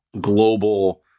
global